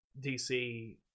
DC